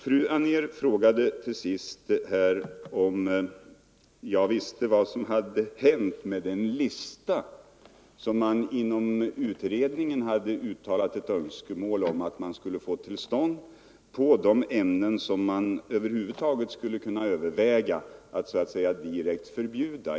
Fru Anér frågade om jag visste vad som hade hänt med den lista som utredningen hade uttalat önskemål om att få till stånd och som skulle uppta de ämnen som man över huvud taget skulle kunna överväga att direkt förbjuda.